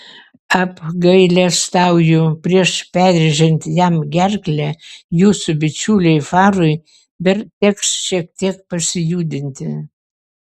apgailestauju prieš perrėžiant jam gerklę jūsų bičiuliui farui dar teks šiek tiek pasijudinti